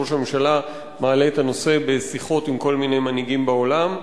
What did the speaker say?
שראש הממשלה מעלה את הנושא בשיחות עם כל מיני מנהיגים בעולם,